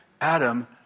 Adam